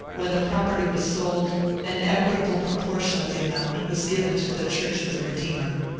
when the pro perty was sold an equitable proportion of the amount was given to the church of the redeemer.